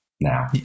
Now